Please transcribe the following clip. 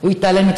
הוא התעלם,